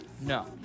No